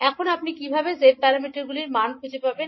এখন আপনি কীভাবে z প্যারামিটারগুলির মানগুলি খুঁজে পাবেন